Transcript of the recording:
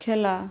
খেলা